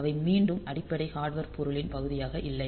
அவை மீண்டும் அடிப்படை ஹார்டுவேர் பொருளின் பகுதியாக இல்லை